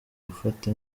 gufata